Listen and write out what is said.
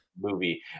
movie